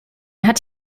hat